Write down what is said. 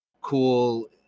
cool